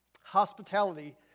hospitality